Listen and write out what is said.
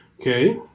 Okay